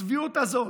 הצביעות הזאת,